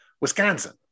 wisconsin